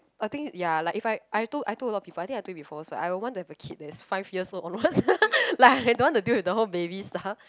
I think ya like if like I I thought I thought I think I thought before lah I would like to have a kid that is five years old onwards like I don't want to deal with the whole baby